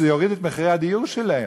כיוון שזה יוריד את מחירי הדיור שלהם,